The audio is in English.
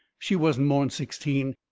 she wasn't more'n sixteen,